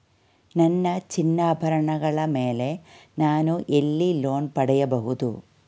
ನನ್ನ ಚಿನ್ನಾಭರಣಗಳ ಮೇಲೆ ನಾನು ಎಲ್ಲಿ ಲೋನ್ ಪಡೆಯಬಹುದು?